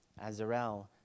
Azarel